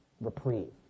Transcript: reprieve